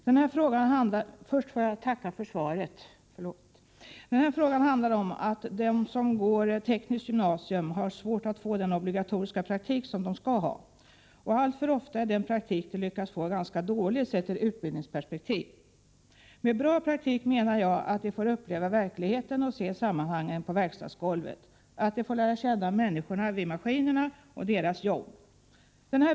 Herr talman! Först får jag tacka för svaret. Den här frågan handlar om att de som går på tekniskt gymnasium har svårt att få den obligatoriska praktik som de skall ha. Alltför ofta är den praktik de lyckas få ganska dålig sedd i utbildningsperspektiv. Med bra praktik menar jag en praktik som uppfyller kravet att eleverna får uppleva verkligheten och se sammanhangen på verkstadsgolvet, att de får lära känna människorna vid maskinerna och deras jobb.